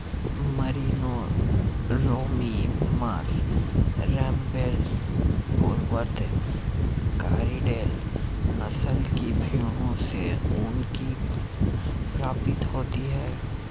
Merino, Romney Marsh, रेम्बेल, Polwarth, Corriedale नस्ल की भेंड़ों से ऊन की प्राप्ति होती है